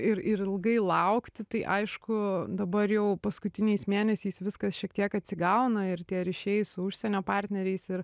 ir ir ilgai laukti tai aišku dabar jau paskutiniais mėnesiais viskas šiek tiek atsigauna ir tie ryšiai su užsienio partneriais ir